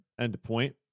endpoint